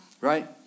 right